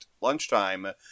lunchtime